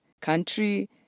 country